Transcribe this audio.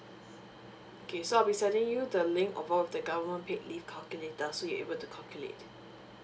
okay so I'll be sending you the link of one of the government paid leave calculator so you'll be able to calculate